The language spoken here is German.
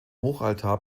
hochaltar